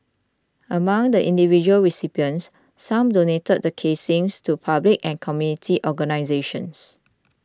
among the individual recipients some donated the casings to public and community organisations